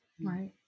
Right